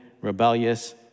rebellious